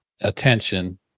attention